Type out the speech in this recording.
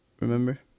Remember